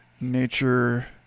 nature